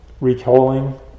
recalling